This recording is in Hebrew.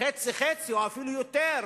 חצי-חצי או אפילו יותר,